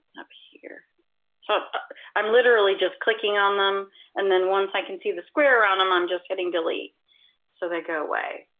um so i'm literally just clicking on them and then once i can see the square around them, i'm just hitting delete so they go away,